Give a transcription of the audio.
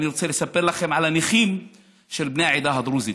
אני רוצה לספר לכם על הנכים של בני העדה הדרוזית,